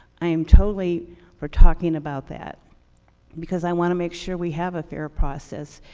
i am totally for talking about that because i want to make sure we have a fair process.